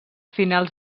finals